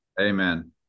Amen